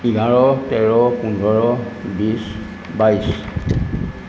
এঘাৰ তেৰ পোন্ধৰ বিছ বাইছ